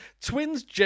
Twins